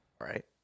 Right